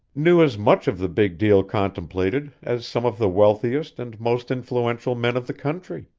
knew as much of the big deal contemplated as some of the wealthiest and most influential men of the country.